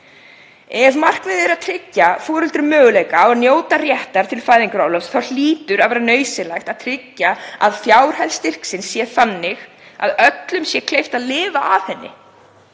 Ef markmiðið er að tryggja foreldrum möguleika á að njóta réttar til fæðingarorlofs hlýtur að vera nauðsynlegt að tryggja að fjárhæð styrksins sé þannig að öllum sé kleift að lifa af henni,